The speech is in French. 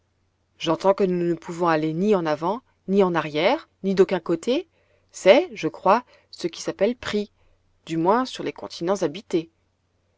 j'entends que nous ne pouvons aller ni en avant ni en arrière ni d'aucun côté c'est je crois ce qui s'appelle pris du moins sur les continents habités